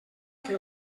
que